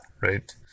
right